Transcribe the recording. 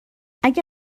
اگه